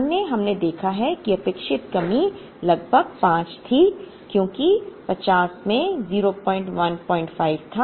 अन्य हमने देखा कि अपेक्षित कमी लगभग 5 थी क्योंकि 50 में 01 5 था